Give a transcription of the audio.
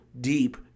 deep